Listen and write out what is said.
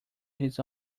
his